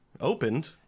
opened